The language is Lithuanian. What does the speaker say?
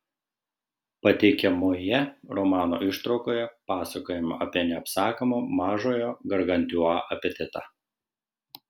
pateikiamoje romano ištraukoje pasakojama apie neapsakomą mažojo gargantiua apetitą